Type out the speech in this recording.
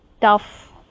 tough